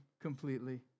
completely